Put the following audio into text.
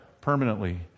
permanently